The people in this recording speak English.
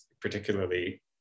particularly